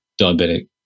diabetic